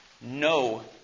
no